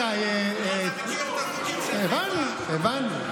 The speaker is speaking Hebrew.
הבנו, הבנו.